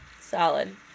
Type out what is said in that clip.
Solid